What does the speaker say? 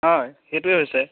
হয় সেইটোৱে হৈছে